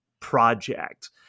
project